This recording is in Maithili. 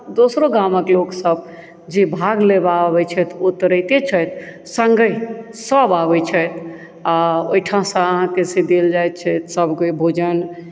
दोसरो गामके लोकसभ जे भाग लेबय आबैत छथि ओ तऽ रहिते छथि सङ्गहि सभ आबैत छथि आओर ओहिठामसँ से अहाँके देल जाइत छैक सभ कोइ भोजन